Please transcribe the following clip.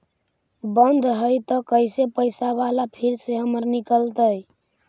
बन्द हैं त कैसे पैसा बाला फिर से हमर निकलतय?